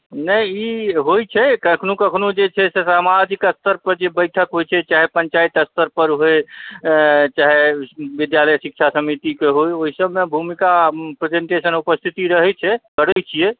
नहि ई होइत छै कखनो कखनो जे छै समाज कऽ स्तर पर जे बैठक होइत छै चाहे पञ्चायत स्तर पर होय चाहे विद्यालय शिक्षा समितिकेँ होय ओहि सबमे भूमिका प्रेजेंटेशन उपस्थिति रहैत छै करैत छियै